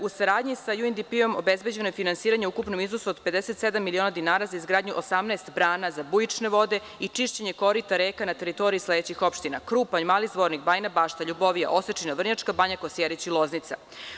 U saradnji sa UNDP obezbeđeno je finansiranje ukupnom iznosu od 57 miliona dinara za izgradnju 18 brana za bujične vode i čišćenje korita reke na teritoriji sledećih opština: Krupanj, Mali Zvornik, Bajna Bašta, Ljubovija, Osečina, Vrnjačka Banja, Kosjerić i Loznica.